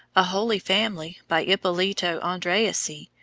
a holy family, by ippolito andreasi,